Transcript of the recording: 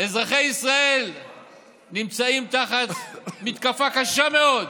אזרחי ישראל נמצאים תחת מתקפה קשה מאוד,